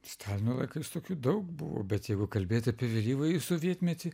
stalino laikais tokių daug buvo bet jeigu kalbėti apie vėlyvąjį sovietmetį